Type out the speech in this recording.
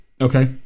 Okay